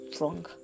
wrong